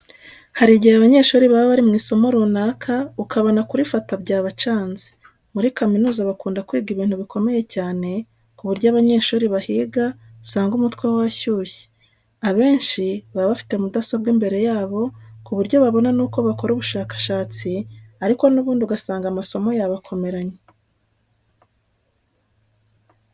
Hari igihe abanyeshuri baba bari mu isomo runaka ukabona kurifata byabacanze. Muri kaminuza bakunda kwiga ibintu bikomeye cyane ku buryo abanyeshuri bahiga usanga umutwe washyushye. Abenshi baba bafite mudasobwa imbere yabo ku buryo babona n'uko bakora ubushakashatsi ariko n'ubundi ugasanga amasomo yabakomeranye.